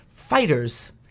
Fighters